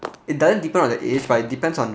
it doesn't depend on the age but it depends on